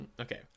Okay